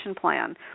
plan